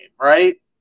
right